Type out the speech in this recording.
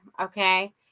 okay